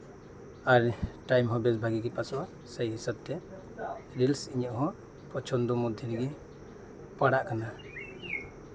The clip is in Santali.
ᱟᱨ ᱴᱟᱭᱤᱢ ᱦᱚ ᱸ ᱵᱮᱥ ᱵᱷᱟᱜᱤ ᱜᱮ ᱯᱟᱥᱚᱜᱼᱟ ᱥᱮᱭ ᱦᱤᱥᱟᱹᱵ ᱛᱮ ᱨᱤᱞᱥ ᱤᱧᱟᱹᱜ ᱦᱚᱸ ᱯᱚᱪᱷᱚᱱᱫᱚ ᱢᱚᱫᱽ ᱨᱮᱜᱤ ᱯᱟᱲᱟᱜ ᱠᱟᱱᱟ